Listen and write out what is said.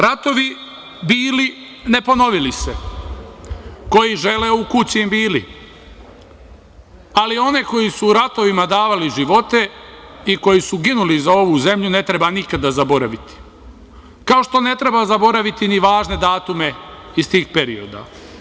Ratovi bili, ne ponovili se, koji žele u kući im bili, ali one koji su u ratovima davali živote i koji su ginuli za ovu zemlju ne treba nikada da zaboraviti, kao što ne treba zaboraviti ni važne datume iz tih perioda.